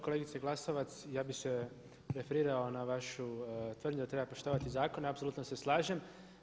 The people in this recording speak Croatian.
Kolegice Glasovac ja bih se referirao na vašu tvrdnju da treba poštovati zakon, apsolutno se slažem.